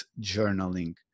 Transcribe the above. journaling